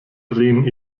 drehen